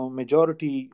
majority